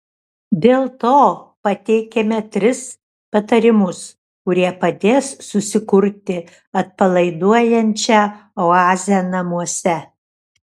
dėl to pateikiame tris patarimus kurie padės susikurti atpalaiduojančią oazę namuose